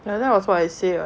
like that was what I say [what]